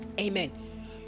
amen